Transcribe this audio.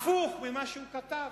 הפוך ממה שהוא כתב.